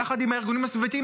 יחד עם הארגונים הסביבתיים,